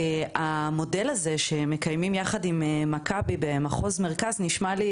המודל הזה שמקימים במחוז מרכז ביחד עם